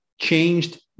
changed